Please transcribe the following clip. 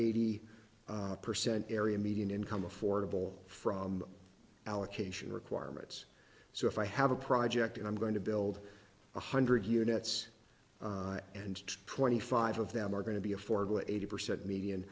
eighty percent area median income affordable from allocation requirements so if i have a project i'm going to build one hundred units and twenty five of them are going to be afforded eighty percent median